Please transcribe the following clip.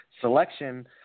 selection